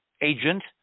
agent